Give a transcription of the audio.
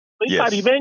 yes